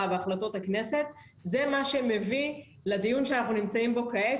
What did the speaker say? והחלטות הכנסת זה מה שמביא לדיון שאנחנו נמצאים בו כעת,